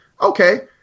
okay